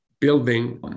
building